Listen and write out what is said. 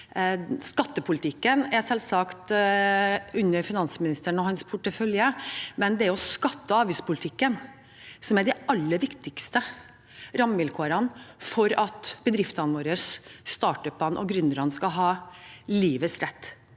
Skattepolitikken ligger selvsagt under finansministeren og hans portefølje, men det er skatte- og avgiftspolitikken som er de aller viktigste rammevilkårene for at bedriftene våre, startup-ene og gründerne skal ha livets rett.